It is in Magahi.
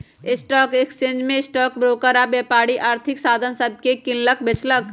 स्टॉक एक्सचेंज में स्टॉक ब्रोकर आऽ व्यापारी आर्थिक साधन सभके किनलक बेचलक